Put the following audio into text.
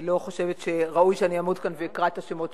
אני לא חושבת שראוי שאני אעמוד כאן ואקרא את השמות.